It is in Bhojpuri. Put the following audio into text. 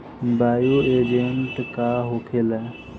बायो एजेंट का होखेला?